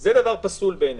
זה דבר פסול בעינינו.